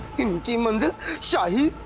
um and show you